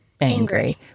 angry